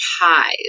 pies